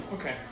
Okay